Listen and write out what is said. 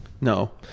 No